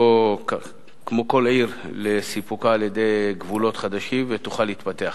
כמו כל עיר לסיפוקה על-ידי גבולות חדשים ותוכל להתפתח.